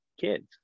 kids